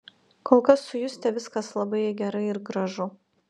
kol kas su juste viskas labai gerai ir gražu